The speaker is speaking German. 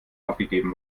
aufgegeben